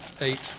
eight